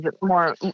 more